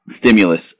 stimulus